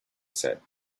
said